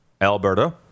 Alberta